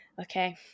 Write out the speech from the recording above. okay